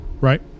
right